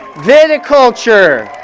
viticulture.